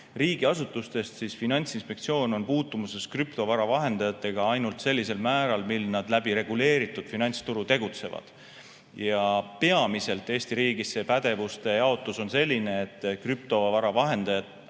riigiasutustest, on Finantsinspektsioon puutumuses krüptovara vahendajatega ainult sellisel määral, mil nad läbi reguleeritud finantsturu tegutsevad. Peamiselt on Eesti riigis see pädevuste jaotus selline, et krüptovara vahendajaid